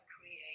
create